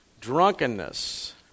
drunkenness